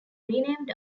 renamed